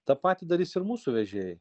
tą patį darys ir mūsų vežėjai